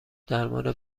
درمان